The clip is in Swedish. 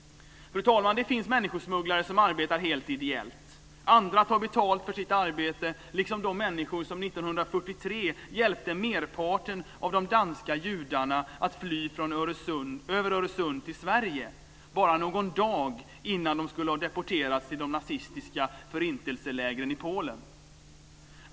Fru talman! Det finns människosmugglare som arbetar helt ideellt, och andra tar betalt för sitt arbete, liksom de människor som 1943 hjälpte merparten av de danska judarna att fly över Öresund till Sverige - bara någon dag innan de skulle ha deporterats till de nazistiska förintelselägren i Polen.